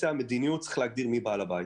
המדיניות יש להגדיר מי בעל הבית.